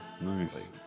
nice